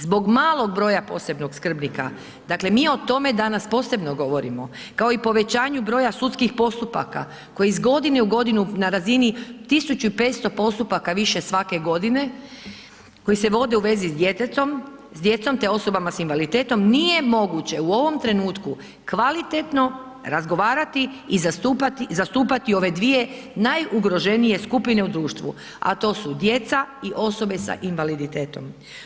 Zbog malo broja posebnog skrbnika, dakle mi o tome danas posebno govorimo kao i povećanju broja sudskih postupaka koji iz godine u godinu na razini 1500 postupaka više svake godine, koji se vode u vezi s djetetom, s djecom te osobama s invaliditetom, nije moguće u ovom trenutku kvalitetno razgovarati i zastupati ove dvije najugroženije skupine u društvu a to su djeca i osobe sa invaliditetom.